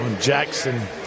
Jackson